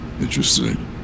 interesting